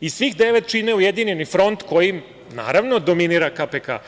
i svih devet čine ujedinjeni front kojim, naravno, dominira KPK.